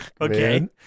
Okay